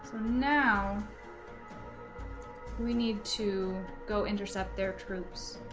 now we need to go intercept their troops